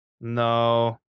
No